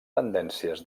tendències